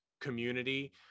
community